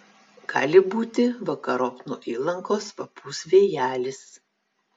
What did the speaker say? gali būti vakarop nuo įlankos papūs vėjelis